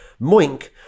Moink